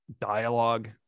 dialogue